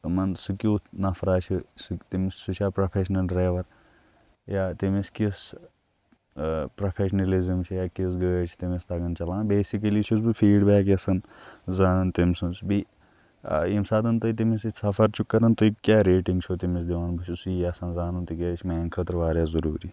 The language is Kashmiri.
یِمَن سُہ کیُتھ نَفرا چھُ سُہ تٔمۍ سُہ چھا پرٛوفٮ۪شنَل ڈرٛیوَر یا تٔمِس کِژھ پرٛوفیشنَلِزم چھےٚ یا کِژھ گٲڑۍ چھِ تٔمِس تَگَان چَلان بیسِکٔلی چھُس بہٕ فیٖڈ بیک یَژھان زانُن تٔمۍ سٕنٛز بیٚیہِ ییٚمہِ ساتہٕ تۄہہِ تٔمِس سۭتۍ سَفر چھُو کَران تُہۍ کیٛاہ ریٹِنٛگ چھو تٔمِس دِوان بہٕ چھُس یہِ یَژھان زانُن تِکیٛازِ یہِ چھِ میٛانہِ خٲطرٕ واریاہ ضروٗری